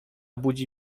budzi